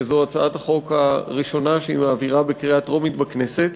שזו הצעת החוק הראשונה שהיא מעבירה בקריאה טרומית בכנסת,